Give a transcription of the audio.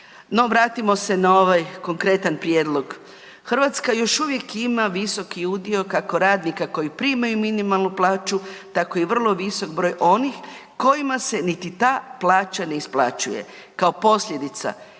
No vratimo se na ovaj konkretan prijedlog. Hrvatska još uvijek ima visoki udio kako radnika koji primaju minimalnu plaću tako i vrlo visok broj onih kojima se niti ta plaća ne isplaćuje kao posljedica